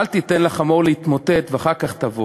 אל תיתן לחמור להתמוטט ואחר כך תבוא.